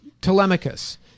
Telemachus—